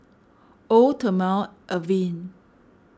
Eau thermale Avene